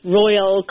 royal